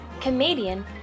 comedian